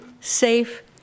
safe